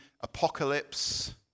apocalypse